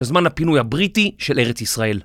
בזמן הפינוי הבריטי של ארץ ישראל